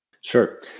Sure